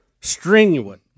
strenuous